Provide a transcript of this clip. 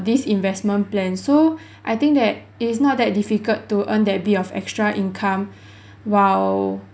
these investment plan so I think that it is not that difficult to earn that bit of extra income while